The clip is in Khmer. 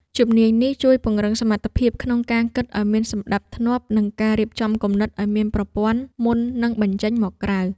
ជំនាញនេះជួយពង្រឹងសមត្ថភាពក្នុងការគិតឱ្យមានសណ្ដាប់ធ្នាប់ និងការរៀបចំគំនិតឱ្យមានប្រព័ន្ធមុននឹងបញ្ចេញមកក្រៅ។